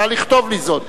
נא לכתוב לי זאת,